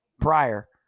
prior